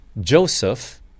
Joseph